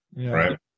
right